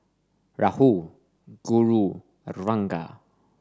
Rahul Guru and Ranga